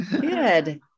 good